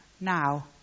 now